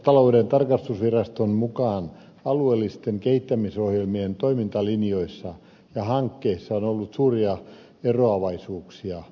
valtiontalouden tarkastusviraston mukaan alueellisten kehittämisohjelmien toimintalinjoissa ja hankkeissa on ollut suuria eroavaisuuksia